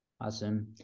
Awesome